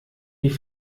die